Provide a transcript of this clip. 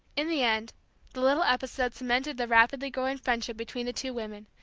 in the end the little episode cemented the rapidly growing friendship between the two women,